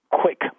quick